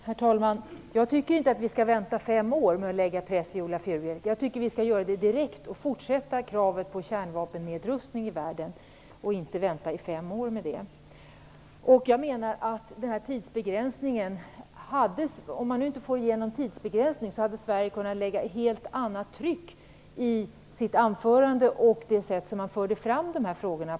Herr talman! Jag tycker inte att vi skall vänta fem år med att utöva press, Viola Furubjelke, utan att vi skall göra det direkt genom fortsatt krav på kärnvapennedrustning i världen. Jag menar att Sverige, om man nu inte får igenom en tidsbegränsning, hade kunnat lägga in ett helt annat tryck i sitt anförande och i det sätt som vi förde fram dessa frågor på.